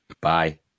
Bye